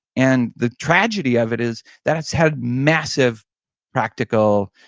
and the tragedy of it is that it's had massive practical,